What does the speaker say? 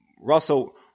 Russell